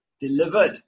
delivered